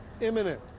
imminent